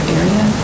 area